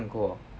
看过